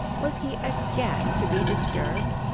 was he again to be disturbed?